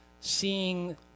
seeing